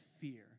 fear